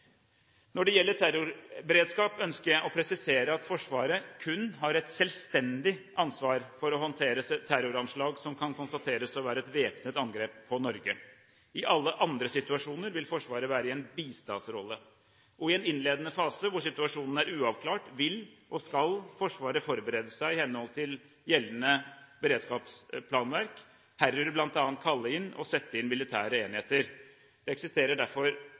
Når det gjelder terrorberedskap, ønsker jeg å presisere at Forsvaret kun har et selvstendig ansvar for å håndtere terroranslag som kan konstateres å være et væpnet angrep på Norge. I alle andre situasjoner vil Forsvaret være i en bistandsrolle. I en innledende fase, hvor situasjonen er uavklart, vil og skal Forsvaret forberede seg i henhold til gjeldende beredskapsplanverk, herunder bl.a. kalle inn og sette opp militære enheter. Det